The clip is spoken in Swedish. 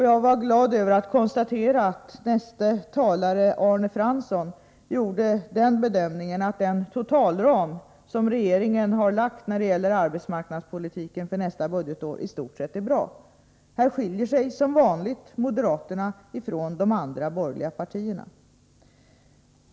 Jag var glad över att kunna konstatera att näste talare, Arne Fransson, gjorde den bedömningen att den totalram som regeringen har fastställt när det gäller arbetsmarknadspolitiken för nästa budgetår i stort sett är bra. Här skiljer sig som vanligt moderaterna från de andra borgerliga partierna.